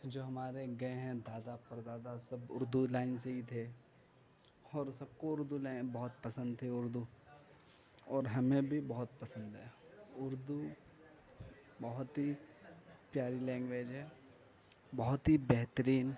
جو ہمارے گئے ہیں دادا پردادا سب اردو لائن سے ہی تھے اور سب کو اردو لائن بہت پسند تھی اردو اور ہمیں بھی بہت پسند ہے اردو بہت ہی پیاری لینگویج ہے بہت ہی بہترین